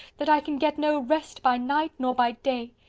that i can get no rest by night nor by day.